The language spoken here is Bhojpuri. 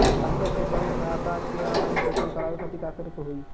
हमके अपने बैंक खाता के ऑनलाइन सिस्टम करवावे के खातिर का करे के होई?